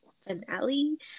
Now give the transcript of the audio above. finale